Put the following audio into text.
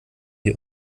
wir